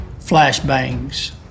flashbangs